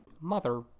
Mother